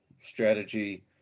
strategy